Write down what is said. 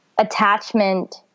attachment